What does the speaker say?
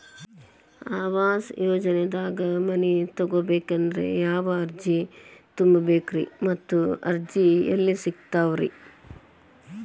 ಆವಾಸ ಯೋಜನೆದಾಗ ಮನಿ ತೊಗೋಬೇಕಂದ್ರ ಯಾವ ಅರ್ಜಿ ತುಂಬೇಕ್ರಿ ಮತ್ತ ಅರ್ಜಿ ಎಲ್ಲಿ ಸಿಗತಾವ್ರಿ?